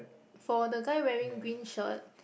for the guy wearing green shirt